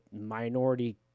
minority